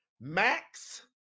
max